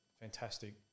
fantastic